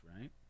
right